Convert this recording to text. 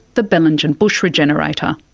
the bellingen bush regenerator.